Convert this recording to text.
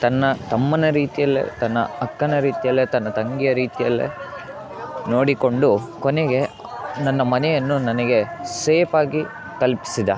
ತನ್ನ ತಮ್ಮನ ರೀತಿಯಲ್ಲೇ ತನ್ನ ಅಕ್ಕನ ರೀತಿಯಲ್ಲೇ ತನ್ನ ತಂಗಿಯ ರೀತಿಯಲ್ಲೇ ನೋಡಿಕೊಂಡು ಕೊನೆಗೆ ನನ್ನ ಮನೆಯನ್ನು ನನಗೆ ಸೇಫಾಗಿ ತಲ್ಪಿಸಿದ